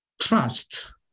trust